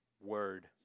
word